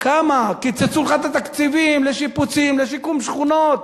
קיצצו לך את התקציבים לשיפוצים, לשיקום שכונות.